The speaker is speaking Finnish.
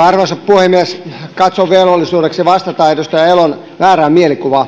arvoisa puhemies katson velvollisuudekseni vastata edustaja elon väärään mielikuvaan